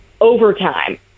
overtime